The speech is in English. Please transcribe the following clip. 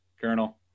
Colonel